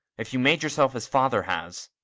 if you'd made yourself, as father has